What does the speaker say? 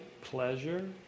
pleasure